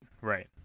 right